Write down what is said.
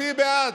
תצביעי בעד.